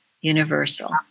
universal